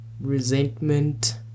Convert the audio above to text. resentment